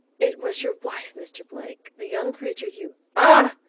it was your wife, mr. blake, the young creature you ah!